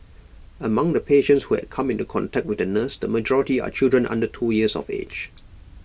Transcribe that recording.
among the patients who had come into contact with the nurse the majority are children under two years of age